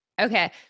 Okay